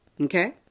Okay